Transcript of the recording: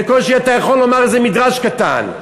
בקושי אתה יכול לומר איזה מדרש קטן.